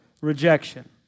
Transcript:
rejection